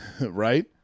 Right